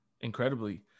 incredibly